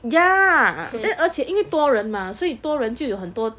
ya then 而且因为多人 mah 所以多人就有很多